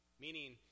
Meaning